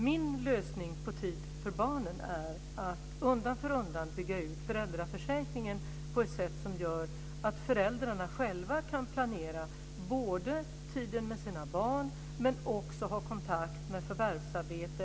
Min lösning på problemet att få tid för barnen är att undan för undan bygga ut föräldraförsäkringen på ett sätt som gör att föräldrarna själva kan planera tiden med sina barn men också ha kontakt med förvärvsarbete.